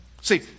See